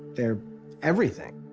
their everything.